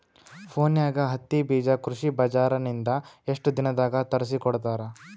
ಫೋನ್ಯಾಗ ಹತ್ತಿ ಬೀಜಾ ಕೃಷಿ ಬಜಾರ ನಿಂದ ಎಷ್ಟ ದಿನದಾಗ ತರಸಿಕೋಡತಾರ?